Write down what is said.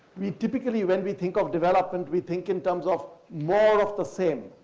we typically, when we think of development, we think in terms of more of the same,